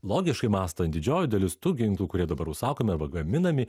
logiškai mąstant didžioji dalis tų ginklų kurie dabar užsakomi pagaminami